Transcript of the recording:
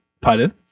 pardon